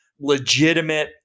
legitimate